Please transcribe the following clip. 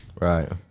Right